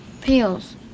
Peels